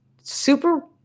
super